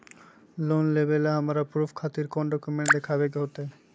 Loan लेबे ला हमरा प्रूफ खातिर कौन डॉक्यूमेंट देखबे के होतई?